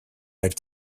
i’ve